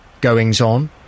goings-on